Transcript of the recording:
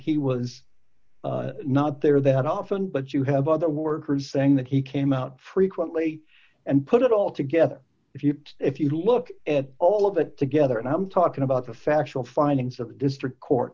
he was not there that often but you have other workers saying that he came out frequently and put it all together if you if you look at all of it together and i'm talking about the factual findings of the district court